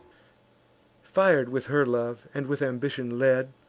fir'd with her love, and with ambition led,